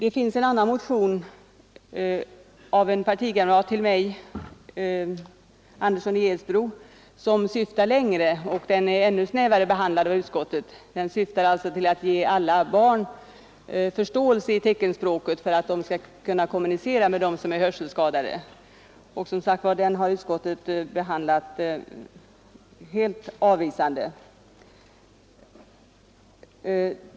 En annan motion av en partikamrat till mig — herr Andersson i Edsbro — syftar längre. Denna motion, som har behandlats ännu snävare av utskottet, syftar till att lära alla barn att förstå teckenspråket för att de skall kunna kommunicera med de hörselskadade. Med den motionen har utskottet som sagt behandlat helt avvisande.